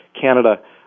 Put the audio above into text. Canada